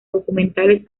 documentales